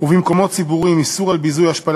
ולמקומות ציבוריים (תיקון מס' 4) (איסור ביזוי או השפלה